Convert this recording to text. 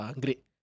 great